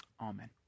Amen